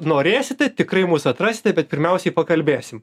norėsite tikrai mus atrasite bet pirmiausiai pakalbėsim